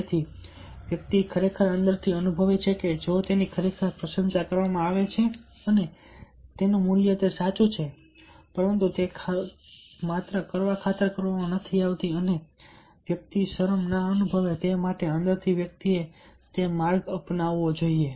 તેથી વ્યક્તિ ખરેખર અંદરથી અનુભવે છે કે જો તેની ખરેખર પ્રશંસા કરવામાં આવે છે અને તેનું મૂલ્ય તે સાચું છે પરંતુ માત્ર કરવા ખાતર નહીં અને એ વ્યક્તિ શરમ ના અનુભવે તે માટે અંદરથી વ્યક્તિએ તે માર્ગ અપનાવવો જોઈએ